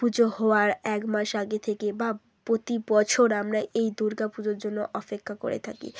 পুজো হওয়ার এক মাস আগে থেকে বা প্রতি বছর আমরা এই দুর্গা পুজোর জন্য অপেক্ষা করে থাকি